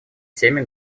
всеми